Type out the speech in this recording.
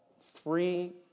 three